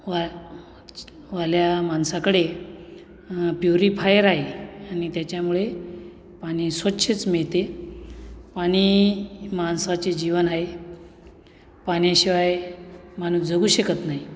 वा वाल्या माणसाकडे प्युरीफायर आहे आणि त्याच्यामुळे पाणी स्वच्छच मिळते पाणी माणसाचे जीवन आहे पाण्याशिवाय माणूस जगू शकत नाही